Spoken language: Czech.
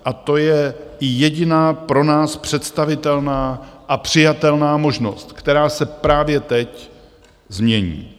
A to je jediná pro nás představitelná a přijatelná možnost, která se právě teď změní.